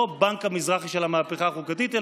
לא בנק המזרחי של המהפכה החוקתית,